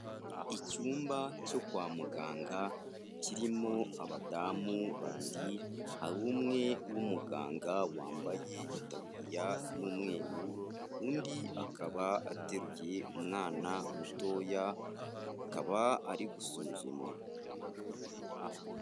Icyumba cyo kwa muganga kirimo abadamu babiri, hari umwe w'umuganga wambaye itaburiya y'umweru, undi akaba ateruye umwana mutoya, akaba ari gusuzumwa.